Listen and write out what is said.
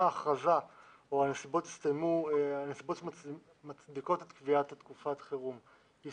ההכרזה או הנסיבות שמצדיקות את קביעת תקופת החירום הסתיימו,